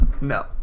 no